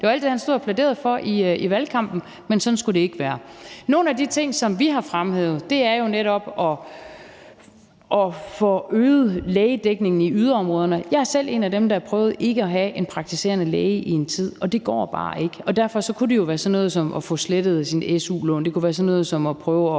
Det var alt det, han stod og plæderede for i valgkampen. Men sådan skulle det ikke være. Nogle af de ting, som vi har fremhævet, er jo netop at få øget lægedækningen i yderområderne. Jeg er selv en af dem, der har prøvet ikke at have en praktiserende læge i en tid, og det går bare ikke. Derfor kunne det jo være sådan noget som at få slettet sit su-lån, eller det kunne være sådan noget som at prøve at